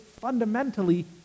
fundamentally